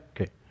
Okay